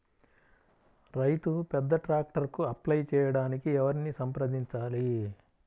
రైతు పెద్ద ట్రాక్టర్కు అప్లై చేయడానికి ఎవరిని సంప్రదించాలి?